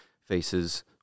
faces